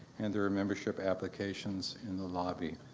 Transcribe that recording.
and there are membership applications in the lobby.